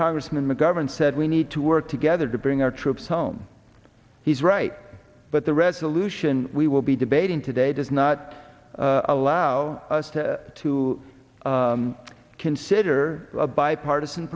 congressman mcgovern said we need to work together to bring our troops home he's right but the resolution we will be debating today does not allow us to to consider a bipartisan